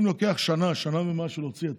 אם לוקח שנה, שנה ומשהו, להוציא היתר,